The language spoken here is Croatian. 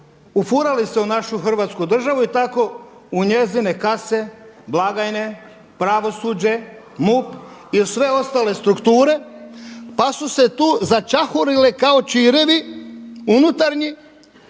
ufurali se u našu hrvatsku državu i tako u njezine kase, blagajne, pravosuđe, MUP i u sve ostale strukture pa su se tu začahurile kao čirevi unutarnji